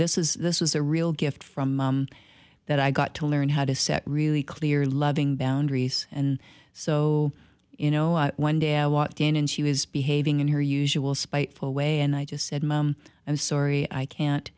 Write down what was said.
this is this is a real gift from that i got to learn how to set really clear loving boundaries and so you know one day i walked in and she was behaving in her usual spiteful way and i just said mom i'm sorry i can't